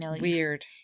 Weird